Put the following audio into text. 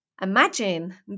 Imagine